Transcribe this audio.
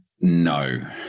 No